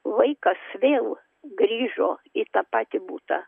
vaikas vėl grįžo į tą patį butą